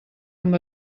amb